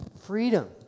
Freedom